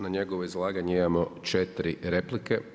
Na njegovo izlaganje imamo 4 replike.